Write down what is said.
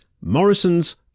Morrison's